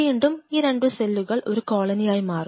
വീണ്ടും ഈ രണ്ടു സെല്ലുകൾ ഒരു കോളനിയായി മാറും